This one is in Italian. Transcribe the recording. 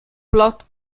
plot